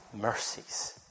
mercies